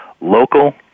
local